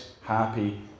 happy